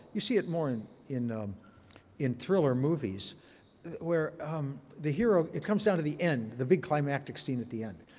you see it more in in in thriller movies where um the hero, it comes down to the end, the big climatic scene at the end.